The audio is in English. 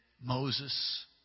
Moses